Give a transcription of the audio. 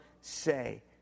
say